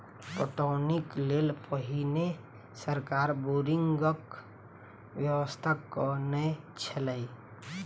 पटौनीक लेल पहिने सरकार बोरिंगक व्यवस्था कयने छलै